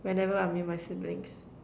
whenever I'm with my siblings